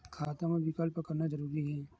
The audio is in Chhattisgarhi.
खाता मा विकल्प करना जरूरी है?